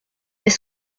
est